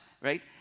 right